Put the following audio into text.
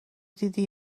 دیدی